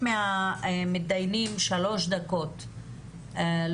מבקש להשאיר בידו את שיקול הדעת ולא